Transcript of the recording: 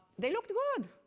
they looked good.